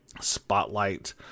spotlight